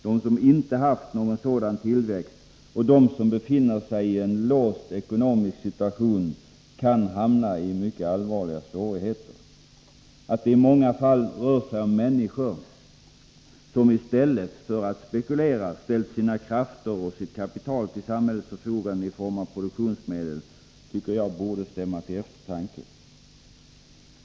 De som inte haft någon sådan tillväxt och de som befinner sig i en låst ekonomisk situation kan hamna i mycket allvarliga svårigheter. Att det i många fall rör sig om människor som i stället för att spekulera ställt sina krafter och sitt kapital till samhällets förfogande i form av produktionsmedel borde stämma till eftertanke.